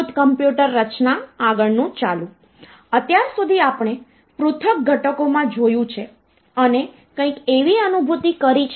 હવે computing systems તે વિશાળ શ્રેણીમાં એપ્લિકેશનો ના વિશાળ સમૂહની શ્રેણી ધરાવે છે